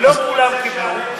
לא כולם קיבלו.